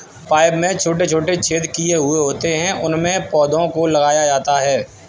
pipe में छोटे छोटे छेद किए हुए होते हैं उनमें पौधों को लगाया जाता है